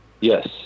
Yes